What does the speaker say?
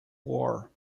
war